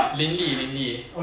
leanly leanly